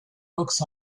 books